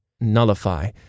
nullify